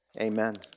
Amen